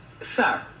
Sir